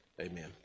Amen